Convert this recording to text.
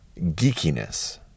geekiness